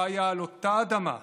שחיה על אותה אדמה,